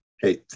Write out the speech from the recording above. hey